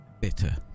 bitter